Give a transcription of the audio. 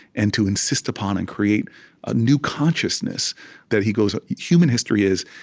and to insist upon and create a new consciousness that he goes human history is,